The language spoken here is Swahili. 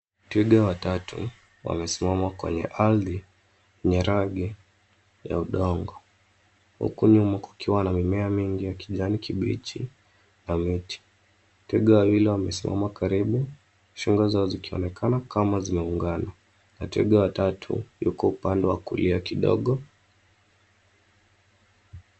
Twiga watatu wamesimama kwenye ardhi yenye rangi ya udongo. Huku nyuma kukiwa na mimea mingi ya kijani kibichi na miti. Twiga wawili wamesimama karibu, shingo zao zikionekana kama zimeungana na twiga wa tatu yuko upande wa kulia kidogo.